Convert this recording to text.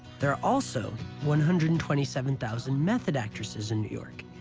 there also one hundred and twenty seven thousand method actresses in new york,